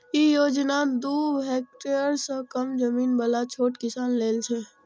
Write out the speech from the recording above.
ई योजना दू हेक्टेअर सं कम जमीन बला छोट किसान लेल छै